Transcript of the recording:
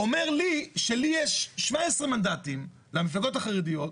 אומר לי, שלי יש 17 מנדטים, למפלגות החרדיות.